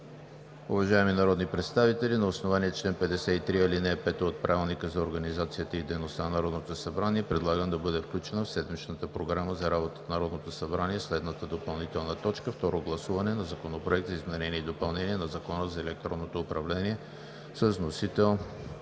Уважаеми народни представители, на основание чл. 53, ал. 5 от Правилника за организацията и дейността на Народното събрание предлагам да бъде включена в седмичната Програма за работата на Народното събрание следната допълнителна точка: второ гласуване на Законопроекта за изменение и допълнение на Закона за електронното управление с вносител